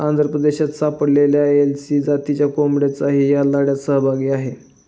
आंध्र प्रदेशात सापडलेल्या एसील जातीच्या कोंबड्यांचाही या लढ्यात सहभाग आहे